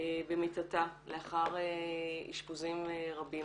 במיטתה, לאחר אשפוזים רבים.